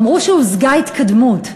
שהושגה התקדמות.